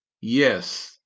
Yes